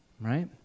right